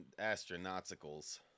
astronauticals